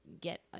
get